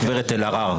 הגב' אלהרר.